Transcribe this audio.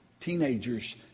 Teenagers